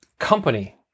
company